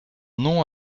nom